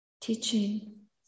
teaching